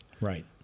Right